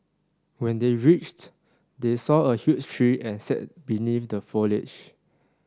when they reached they saw a huge tree and sat beneath the foliage